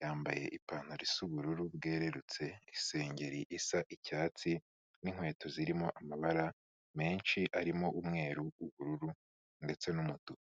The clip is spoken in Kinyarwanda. yambaye ipantaro y'ubururu bwerutse. Isengeri isa icyatsi n'inkweto zirimo amabara menshi arimo: umweru, ubururu ndetse n'umutuku.